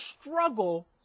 struggle